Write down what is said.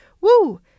woo